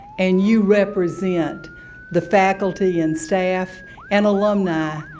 and you represent the faculty and staff and alumni